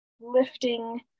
lifting